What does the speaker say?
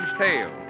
tale